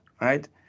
right